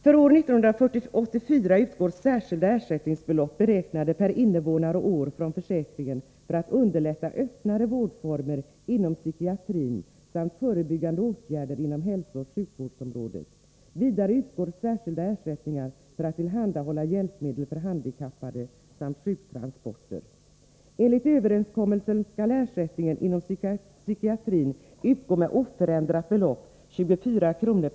För år 1984 utgår särskilda ersättningsbelopp beräknade per invånare och år från försäkringen för att underlätta öppnare vårdformer inom psykiatrin samt förebyggande åtgärder inom hälsooch sjukvårdsområdet. Vidare utgår särskilda ersättningar för att tillhandahålla hjälpmedel för handikappade samt sjuktransporter. Enligt överenskommelsen skall ersättningen inom psykiatrin utgå med oförändrat belopp, 24 kr.